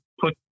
put